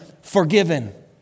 forgiven